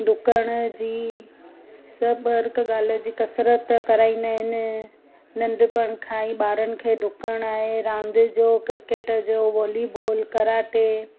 ॾुकण जी सभु हिक ॻाल्हि जी कसरत कराईंदा आहिनि नंढपण खां ई ॿारनि जे ॾुकण ऐं रांदि जो क्रिकेट जो वॉलीबॉल कराटे